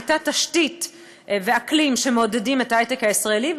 היו תשתית ואקלים שמעודדים את ההיי-טק הישראלי,